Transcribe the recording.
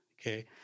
Okay